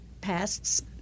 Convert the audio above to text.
pests